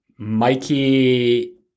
Mikey